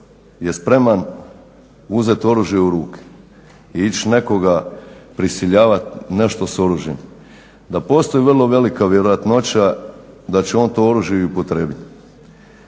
je spreman uzet oružje u ruke i ić nekoga prisiljavat, nešto s oružjem da postoji vrlo velika vjerojatnoća da će on to oružje i upotrijebiti.